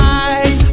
eyes